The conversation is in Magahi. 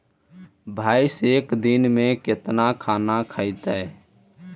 भैंस एक दिन में केतना खाना खैतई?